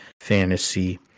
fantasy